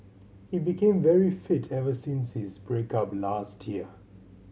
he became very fit ever since his break up last year